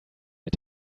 mit